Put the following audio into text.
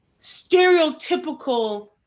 stereotypical